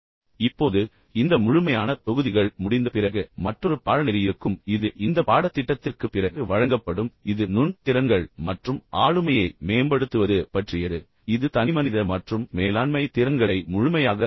இப்போது இந்த முழுமையான தொகுதிகள் முடிந்த பிறகு மற்றொரு பாடநெறி இருக்கும் இது இந்த பாடத்திட்டத்திற்குப் பிறகு வழங்கப்படும் இது நுண் திறன்கள் மற்றும் ஆளுமையை மேம்படுத்துவது பற்றியது இது தனிமனித மற்றும் மேலாண்மை திறன்களை முழுமையாகக் கையாளும்